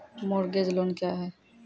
Mortgage loan क्या है?